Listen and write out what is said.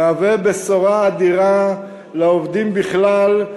מהווה בשורה אדירה לעובדים בכלל,